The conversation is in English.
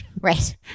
Right